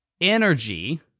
energy